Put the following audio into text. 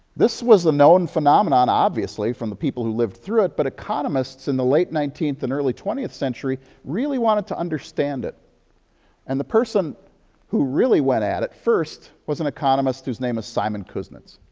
this was a known phenomenon, obviously, from the people who live through it, but economists in the late nineteenth and early twentieth century really wanted to understand it and the person who really went at it first was an economist whose name is simon kuznets.